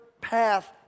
path